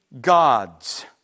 gods